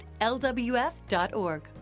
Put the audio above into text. lwf.org